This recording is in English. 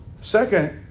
Second